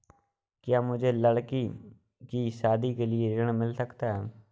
क्या मुझे लडकी की शादी के लिए ऋण मिल सकता है?